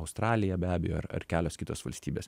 australija be abejo ar ar kelios kitos valstybės